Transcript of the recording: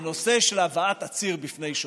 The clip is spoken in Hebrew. זה נושא של הבאת עציר בפני שופט.